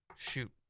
Shoot